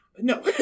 No